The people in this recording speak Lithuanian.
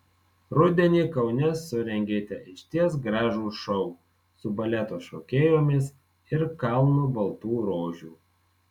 rudenį kaune surengėte išties gražų šou su baleto šokėjomis ir kalnu baltų rožių